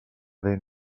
dent